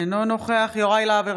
אינו נוכח יוראי להב הרצנו,